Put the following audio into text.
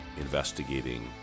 investigating